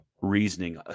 reasoning